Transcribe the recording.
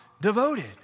devoted